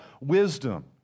wisdom